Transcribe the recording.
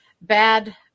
bad